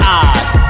eyes